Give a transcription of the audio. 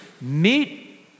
meet